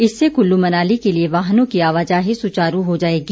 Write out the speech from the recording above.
इससे कुल्लू मनाली के लिए वाहनों की आवाजाही सुचारू हो जाएगी